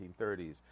1930s